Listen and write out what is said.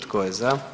Tko je za?